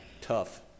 tough